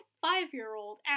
five-year-old